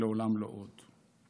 "לעולם לא עוד".